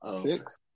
six